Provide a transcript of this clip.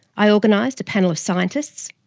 i organised a panel of scientists,